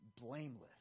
blameless